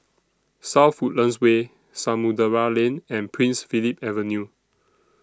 South Woodlands Way Samudera Lane and Prince Philip Avenue